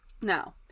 now